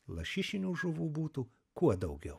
lašišinių žuvų būtų kuo daugiau